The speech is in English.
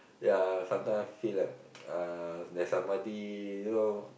ya sometime I feel like uh there's somebody you know